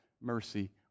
mercy